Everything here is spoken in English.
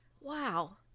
Wow